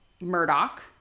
Murdoch